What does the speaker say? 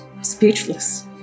speechless